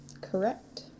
Correct